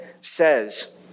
says